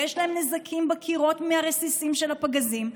ויש להם נזקים בקירות מהרסיסים של הפגזים,